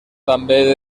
també